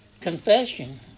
confession